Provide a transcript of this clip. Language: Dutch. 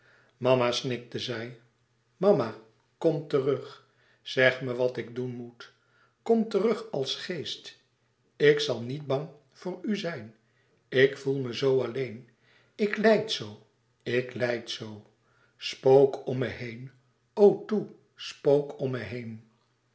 mama snikte zij mama kom terug zeg me wat ik doen moet kom terug als geest ik zal niet bang voor u zijn ik voel me zoo alleen ik lijd zoo ik lijd zoo spook om me heen o toe spook om me heen